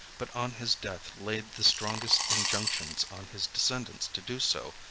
but on his death laid the strongest injunctions on his descendants to do so,